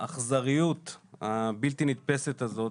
האכזריות הבלתי נתפסת הזאת.